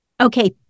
Okay